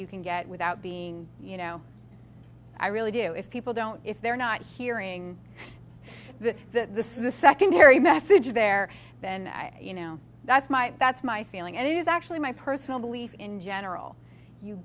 you can get without being you know i really do if people don't if they're not hearing that the the secondary message there then you know that's my that's my feeling and it is actually my personal belief in general you